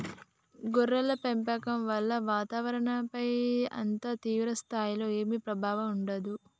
గొర్రెల పెంపకం వల్ల వాతావరణంపైన అంత తీవ్ర స్థాయిలో ఏమీ ప్రభావం ఉండదు